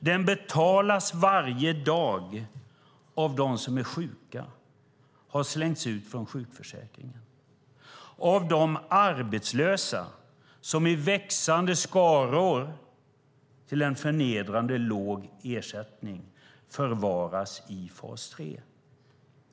Det betalas varje dag av dem som är sjuka och som slängts ut från sjukförsäkringen, av de arbetslösa som i växande skaror till en förnedrande låg ersättning förvaras i fas 3.